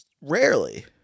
Rarely